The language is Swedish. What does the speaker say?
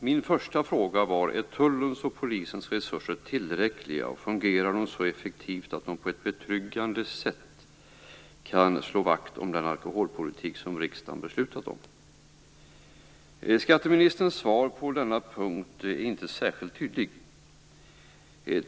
Min första fråga var om Tullens och Polisens resurser är tillräckliga och fungerar så effektivt att de på ett betryggande sätt kan slå vakt om den alkoholpolitik som riksdagen har beslutat om. Skatteministerns svar på denna punkt är inte särskilt tydligt.